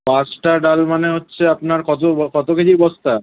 পাঁচটা ডাল মানে হচ্ছে আপনার কতো কতো কেজি বস্তা